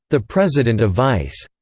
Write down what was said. the president of vice,